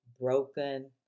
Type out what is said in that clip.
Broken